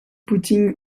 putting